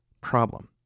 problem